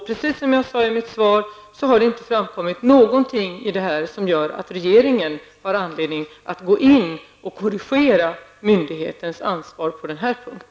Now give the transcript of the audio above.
Precis som jag sade i mitt svar har det inte framkommit någonting som gör att regeringen har anledning att gå in och korrigera myndighetens ansvar på denna punkt.